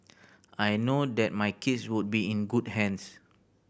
I know that my kids would be in good hands